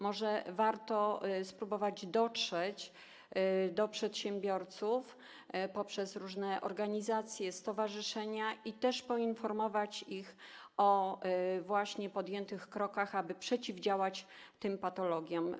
Może warto spróbować dotrzeć do przedsiębiorców poprzez różne organizacje, stowarzyszenia i poinformować ich o podjętych krokach, aby przeciwdziałać tym patologiom.